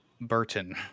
Burton